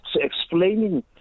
explaining